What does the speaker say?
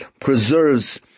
preserves